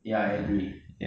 ya I agree